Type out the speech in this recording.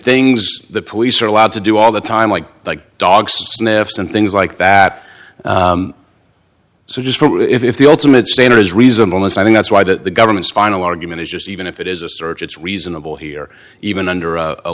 things the police are allowed to do all the time like dogs sniff and things like that so just what if the ultimate standard is reasonableness i think that's why that the government's final argument is just even if it is a search it's reasonable here even under a